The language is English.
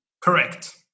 Correct